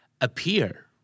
appear